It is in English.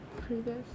previous